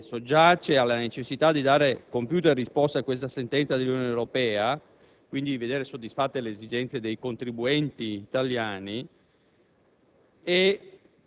Al di là della incertezza circa la quantificazione del rimborso che i contribuenti potranno e dovranno richiedere, è evidente